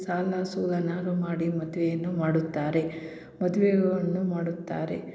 ಸಾಲ ಸೂಲನಾದ್ರು ಮಾಡಿ ಮದುವೆಯನ್ನು ಮಾಡುತ್ತಾರೆ ಮದ್ವೆಗಳನ್ನು ಮಾಡುತ್ತಾರೆ